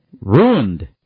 ruined